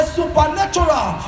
supernatural